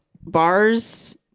Bars